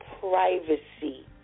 privacy